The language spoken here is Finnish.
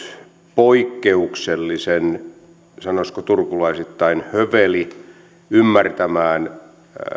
poikkeuksellisen sanoisiko turkulaisittain höveli ymmärtämään